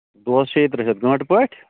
دۄہَس شیٚہِ ترٕٛہ شتھ گنٹہٕ پٲٹھۍ